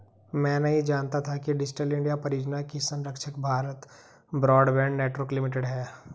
मैं नहीं जानता था कि डिजिटल इंडिया परियोजना की संरक्षक भारत ब्रॉडबैंड नेटवर्क लिमिटेड है